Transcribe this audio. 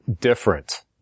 different